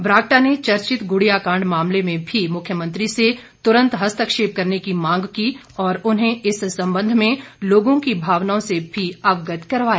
बरागटा ने चर्चित गुड़िया कांड मामले में भी मुख्यमंत्री से तुरंत हस्तक्षेप करने की मांग की और उन्हें इस संबंध में लोगों की भावनाओं से भी अवगत करवाया